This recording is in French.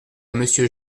monsieur